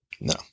No